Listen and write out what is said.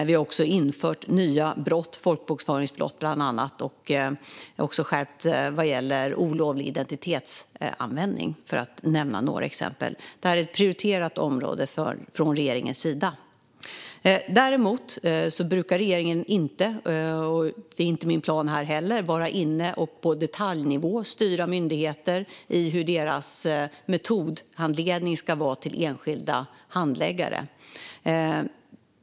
Vi har också infört nya brottsrubriceringar, bland annat folkbokföringsbrott, och skärpt lagstiftningen gällande olovlig identitetsanvändning, för att nämna några exempel. Detta är ett prioriterat område för regeringen. Däremot brukar regeringen inte - och det är inte heller min plan - vara inne och på detaljnivå styra myndigheter när det gäller hur deras metodhandledning till enskilda handläggare ska se ut.